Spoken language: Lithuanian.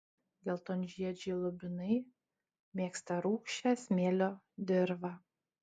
geltonžiedžiai lubinai mėgsta rūgščią smėlio dirvą